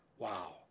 Wow